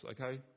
Okay